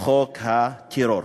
חוק הטרור.